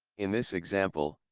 in this example,